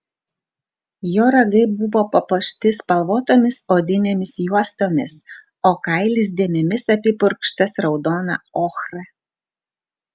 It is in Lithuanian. jo ragai buvo papuošti spalvotomis odinėmis juostomis o kailis dėmėmis apipurkštas raudona ochra